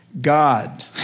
God